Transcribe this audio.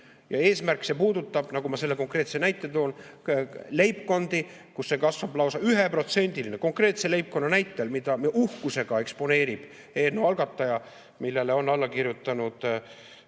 Ja eesmärk puudutab, nagu ma konkreetse näite tõin, leibkondi, kus see kasvab lausa 1%. Konkreetse leibkonna näitel, mida uhkusega eksponeerib eelnõu algataja, millele on alla kirjutanud